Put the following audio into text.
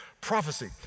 Prophecy